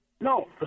No